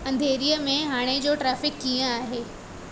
अंधेरीअ में हाणे जो ट्रेफिक कीअं आहे